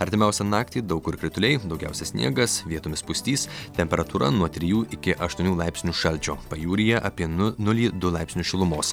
artimiausią naktį daug kur krituliai daugiausiai sniegas vietomis pustys temperatūra nuo trijų iki aštuonių laipsnių šalčio pajūryje apie nu nulį du laipsnius šilumos